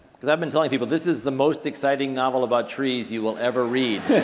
because i've been telling people, this is the most exciting novel about trees you will ever read.